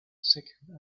second